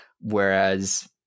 Whereas